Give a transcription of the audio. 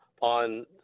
on